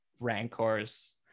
Rancors